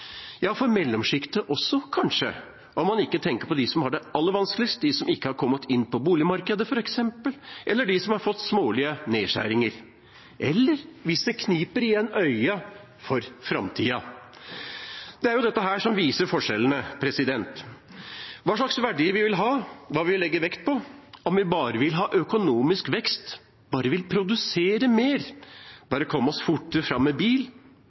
ja, for mellomsjiktet også kanskje – om man ikke tenker på dem som har det aller vanskeligst, de som ikke har kommet inn på boligmarkedet, f.eks., eller de som har fått smålige nedskjæringer, eller hvis en kniper igjen øynene for framtida. Det er dette som viser forskjellene: hva slags verdier vi vil ha, hva vi vil legge vekt på – om vi bare vil ha økonomisk vekst, bare vil produsere mer, bare komme oss fortere fram med bil,